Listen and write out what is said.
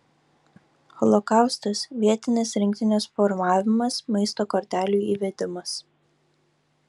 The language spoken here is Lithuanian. holokaustas vietinės rinktinės formavimas maisto kortelių įvedimas